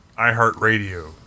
iHeartRadio